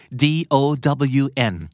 down